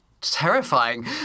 terrifying